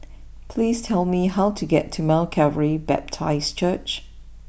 please tell me how to get to Mount Calvary Baptist Church